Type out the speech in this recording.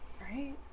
Right